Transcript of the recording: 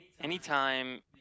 Anytime